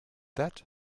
that